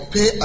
Pay